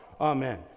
Amen